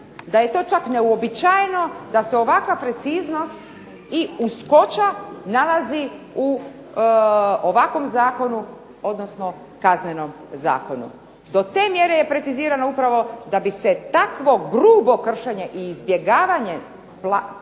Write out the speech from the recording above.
da je to čak neuobičajeno da se ovakva preciznost i uskoća nalazi u ovakvom zakonu, odnosno Kaznenom zakonu. Do te mjere je precizirano upravo da bi se takvo grubo kršenje i izbjegavanje, platiti